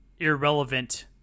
irrelevant